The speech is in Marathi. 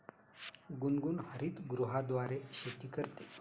गुनगुन हरितगृहाद्वारे शेती करते